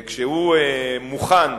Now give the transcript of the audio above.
כשהוא מוכן,